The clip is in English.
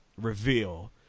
reveal